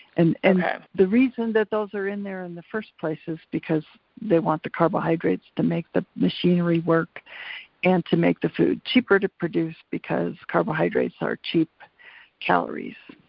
and and the reason that those are in there in the first place is because they want the carbohydrates to make the machinery work and to make the food cheaper to produce because carbohydrates are cheap calories.